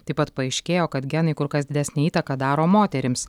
taip pat paaiškėjo kad genai kur kas didesnę įtaką daro moterims